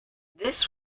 this